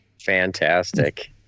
Fantastic